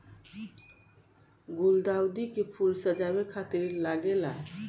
गुलदाउदी के फूल सजावे खातिर लागेला